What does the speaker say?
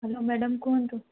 hello madam କୁହନ୍ତୁ